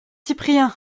cyprien